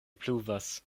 pluvas